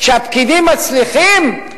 כשהפקידים מצליחים,